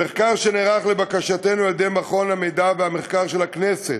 במחקר שנערך לבקשתנו על-ידי מחלקת המחקר והמידע של הכנסת